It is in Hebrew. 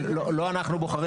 לא אנחנו בוחרים,